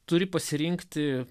turi pasirinkti